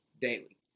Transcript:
daily